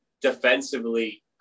defensively